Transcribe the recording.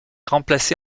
remplacé